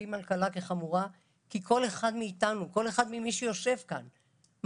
ומקפידים על קלה כחמורה כי כל אחד מאיתנו שיושבים כאן,